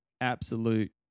absolute